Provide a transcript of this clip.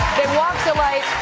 walked alike.